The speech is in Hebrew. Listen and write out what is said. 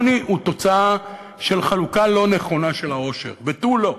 עוני הוא תוצאה של חלוקה לא נכונה של העושר ותו לא,